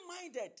minded